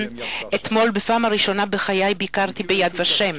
אתמול ביקרתי בפעם השנייה בחיי ב"יד ושם".